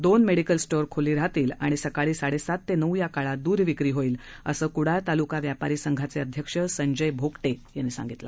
दोन medical stores खुले राहतील आणि सकाळी साडेसात ते नऊ या काळात दूध विक्री होईल असं कुडाळ तालुका व्यापारी संघाचे अध्यक्ष संजय भोगटे यांनी सांगितलं